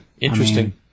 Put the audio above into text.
interesting